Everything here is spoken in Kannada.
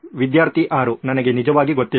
ವಿದ್ಯಾರ್ಥಿ 6 ನನಗೆ ನಿಜವಾಗಿ ಗೊತ್ತಿಲ್ಲ